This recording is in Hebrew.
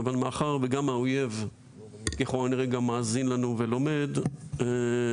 אבל מאחר וגם האויב ככל הנראה גם מאזין לנו ולומד כמונו,